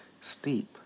steep